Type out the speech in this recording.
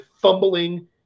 fumbling